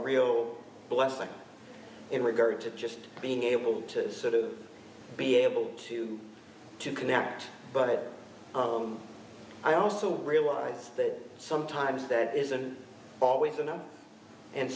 real blessing in regard to just being able to sort of be able to to connect but i also realize that sometimes that isn't always enough and